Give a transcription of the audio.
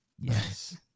yes